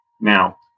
Now